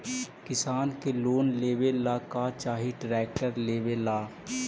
किसान के लोन लेबे ला का चाही ट्रैक्टर लेबे ला?